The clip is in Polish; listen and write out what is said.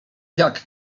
jak